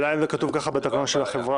השאלה אם זה כתוב ככה בתקנון של החברה.